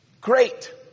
Great